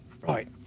Right